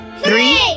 Three